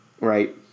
right